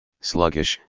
sluggish